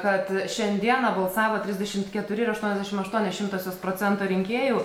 kad šiandieną balsavo trisdešimt keturi ir aštuoniasdešimt aštuonios šimtosios procento rinkėjų